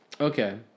Okay